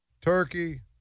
Turkey